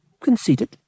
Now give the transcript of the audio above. Conceited